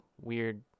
weird